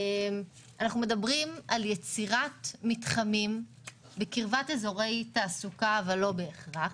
אנחנו מדברים על יצירת מתחמים בקרבת אזורי תעסוקה אבל לא בהכרח,